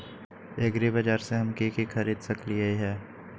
एग्रीबाजार से हम की की खरीद सकलियै ह?